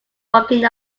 walking